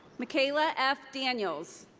mckaila f. daniels.